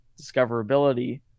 discoverability